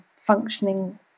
functioning